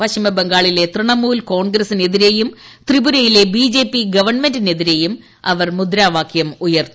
പശ്ചിമബംഗാളിലെ തൃണമൂൽ കോൺഗ്രസ്സിനെതിരേയും ത്രിപുരയിലെ ബി ജെ പി ഗവൺമെന്റിനെതിരേയും ഇവർ മുദ്രാവാക്യം ഉയർത്തി